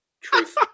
Truth